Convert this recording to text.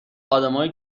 آدمایی